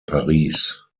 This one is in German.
paris